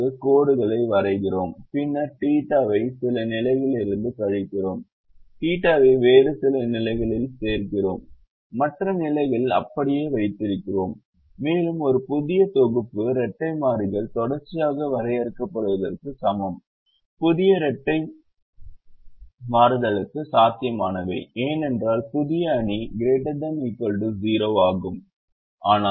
அதாவது கோடுகளை வரைகிறோம் பின்னர் தீட்டாவை θ சில நிலைகளிலிருந்து கழிக்கிறோம் தீட்டாவை வேறு சில நிலைகளில் சேர்க்கிறோம் மற்ற நிலைகளை அப்படியே வைத்திருக்கிறோம் மேலும் ஒரு புதிய தொகுப்பு இரட்டை மாறிகள் தொடர்ச்சியாக வரையறுக்கப்படுவதற்கு சமம் புதிய இரட்டை மாறுதல்களும் சாத்தியமானவை ஏனென்றால் புதிய அணி ≥ 0 ஆகும்